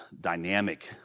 dynamic